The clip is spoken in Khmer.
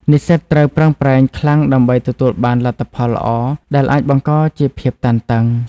និស្សិតត្រូវប្រឹងប្រែងខ្លាំងដើម្បីទទួលបានលទ្ធផលល្អ ដែលអាចបង្កជាភាពតានតឹង។